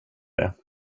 det